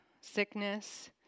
sickness